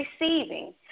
receiving